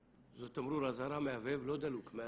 זה תמרור אזהרה מהבהב,